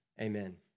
amen